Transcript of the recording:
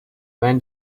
when